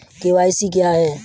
KYC क्या है?